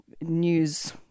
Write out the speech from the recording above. news